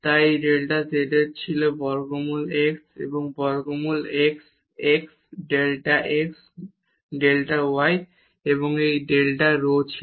তাই এই delta z বর্গমূল x এবং বর্গমূল x delta x delta y এবং এই ডেটা rho ছিল